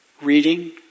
reading